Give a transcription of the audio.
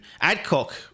Adcock